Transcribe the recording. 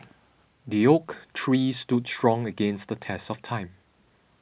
the oak tree stood strong against the test of time